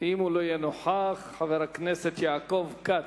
אם הוא לא יהיה נוכח, חבר הכנסת יעקב כץ.